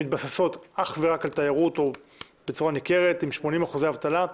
מתבססות אך ורק על תיירות עם 80% אבטלה.